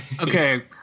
okay